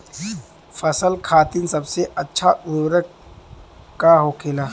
फसल खातीन सबसे अच्छा उर्वरक का होखेला?